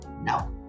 No